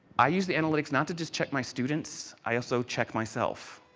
i use the analytics not to just check my students, i also check myself.